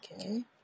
okay